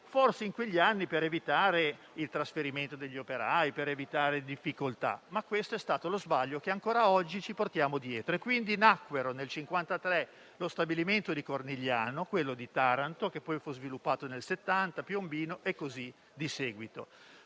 aveva il fine di evitare il trasferimento degli operai e talune difficoltà, ma questo è stato lo sbaglio che ancora oggi ci portiamo dietro. Nel 1953 nacquero quindi lo stabilimento di Cornigliano, quello di Taranto, che poi fu sviluppato nel 1970, quello di Piombino e così di seguito.